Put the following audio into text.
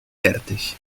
dertig